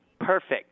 perfect